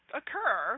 occur